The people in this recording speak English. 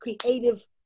creative